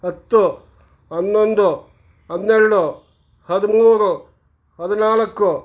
ಹತ್ತು ಹನ್ನೊಂದು ಹನ್ನೆರಡು ಹದಿಮೂರು ಹದಿನಾಲ್ಕು